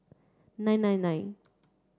nine nine nine